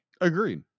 Agreed